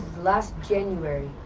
last january,